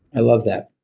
i love that.